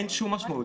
אין שום משמעות.